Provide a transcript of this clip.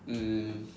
um